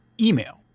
email